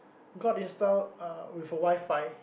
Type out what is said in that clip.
got installed uh with a WiFi